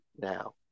now